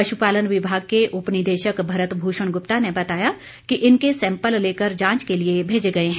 पशुपालन विभाग के उपनिदेशक भरत भूषण गुप्ता ने बताया कि इनके सैंपल लेकर जांच के लिए भेजे गए है